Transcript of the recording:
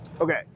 Okay